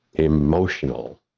emotional